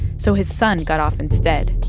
so his son got off instead